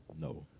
No